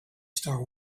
star